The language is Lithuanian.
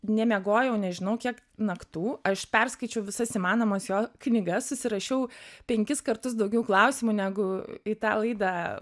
nemiegojau nežinau kiek naktų aš perskaičiau visas įmanomas jo knygas susirašiau penkis kartus daugiau klausimų negu į tą laidą